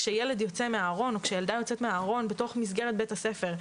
כאשר ילד יוצא מהארון או ילדה יוצאת מהארון בתוך מסגרת בית הספר,